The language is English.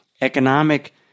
economic